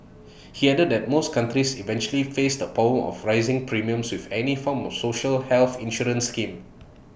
he added that most companies eventually face the problem of rising premiums with any form of social health insurance scheme